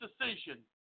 decision